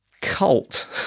cult